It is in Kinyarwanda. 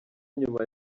nyuma